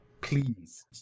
Please